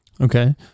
okay